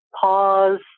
pause